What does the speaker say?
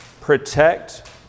protect